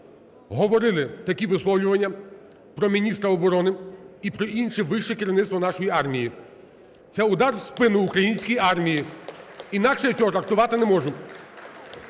говорили такі висловлювання про міністра оборони і про інше вище керівництво нашої армії. Це удар в спину українській армії, інакше я цього трактувати не можу.